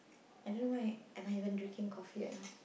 I don't know why am I even drinking coffee right now